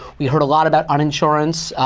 we heard a lot about uninsurance.